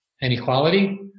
equality